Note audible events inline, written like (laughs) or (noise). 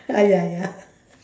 !aiyaya! (laughs)